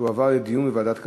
תועבר לדיון בוועדת הכלכלה.